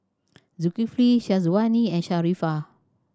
Zulkifli Syazwani and Sharifah